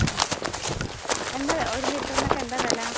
ആ ആ എന്താ ഒരു ലിറ്ററിനൊക്കെ എന്താ വില